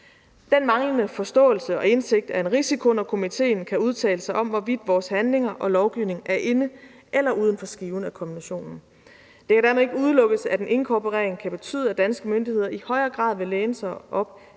Den manglende forståelse og indsigt er en risiko, når komiteen kan udtale sig om, hvorvidt vores handlinger og lovgivning er inden eller uden for skiven af konventionen. Det kan dermed ikke udelukkes, at en inkorporering kan betyde, at danske myndigheder i højere grad vil læne sig op